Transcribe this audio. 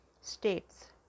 states